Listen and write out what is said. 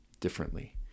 differently